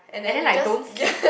and then like don't sleep